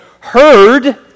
heard